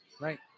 Right